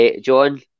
John